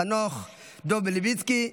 חנוך דב מלביצקי,